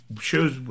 shows